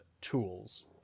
tools